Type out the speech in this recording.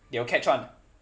they will catch [one] ah